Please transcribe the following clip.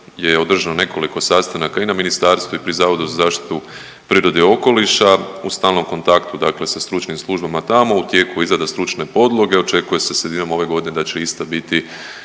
je održano nekoliko sastanaka i na ministarstvu i pri Zavodu za zaštitu prirodne i okoliša u stalnom kontaktu sa stručnim službama tamo u tijeku je izrada stručne podloge očekuje se sredinom ove godine da će ista biti